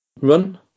run